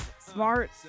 Smart